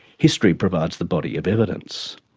history provides the body of evidence.